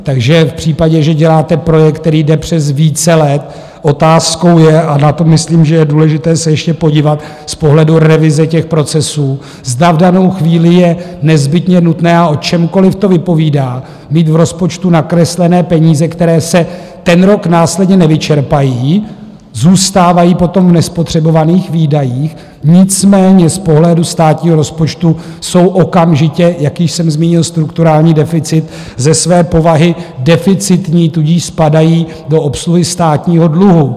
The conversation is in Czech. Takže v případě, že děláte projekt, který jde přes více let, otázkou je, a na to myslím, že je důležité se ještě podívat z pohledu revize těch procesů, zda v danou chvíli je nezbytně nutné a o čemkoliv to vypovídá, mít v rozpočtu nakreslené peníze, které se ten rok následně nevyčerpají, zůstávají potom v nespotřebovaných výdajích, nicméně z pohledu státního rozpočtu jsou okamžitě jak již jsem zmínil strukturální deficit ze své povahy deficitní, tudíž spadají do obsluhy státního dluhu.